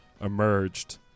emerged